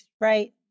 right